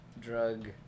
Drug